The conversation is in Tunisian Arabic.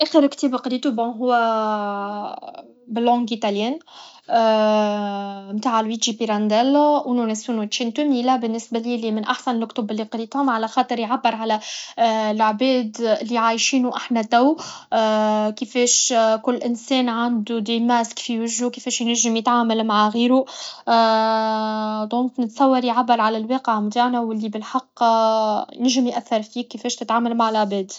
اخر كتاب قريتو بون هو باللنج ايطاليان متاع لويتشي بيرانديلو و نورسشينيلا بالنسبة ليا من احسن لكتب لي قريتهم على خاطر يعير على لعباد لي عايشينو احنا تو كيفاش كل انسان عندو دي ماسك في وجهو كفاش ينجم يتعامل مع غيرو و دونك نتصور يعبر على الواقع بتاعنا ولي بالحق ينجم ياثر فيك كفاش تتعامل مع لعباد